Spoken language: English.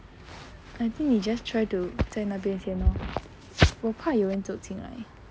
I think 你 just try to 在那边先 lor 我怕有人走进来